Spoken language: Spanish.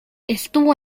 estuvo